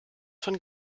von